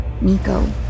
Nico